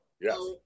Yes